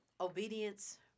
obedience